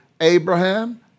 Abraham